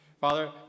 Father